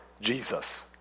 Jesus